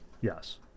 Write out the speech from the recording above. yes